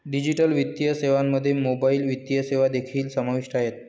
digital वित्तीय सेवांमध्ये mobile वित्तीय सेवा देखील समाविष्ट आहेत